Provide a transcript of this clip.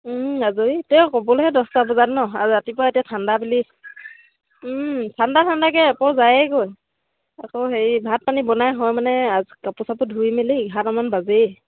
আজৰি তেওঁ ক'বলৈহে দহটা বজাত ন আৰু ৰাতিপুৱা এতিয়া ঠাণ্ডা বুলি ঠাণ্ডা ঠাণ্ডাকে এপৰ যায়েগৈ আকৌ হেৰি ভাত পানী বনাই হয় মানে কাপোৰ চাপোৰ ধুই মেলি এঘাৰটা মান বাজেই